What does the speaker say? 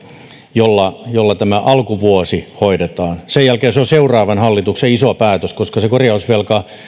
millä tämä alkuvuosi hoidetaan sen jälkeen se on seuraavan hallituksen iso päätös koska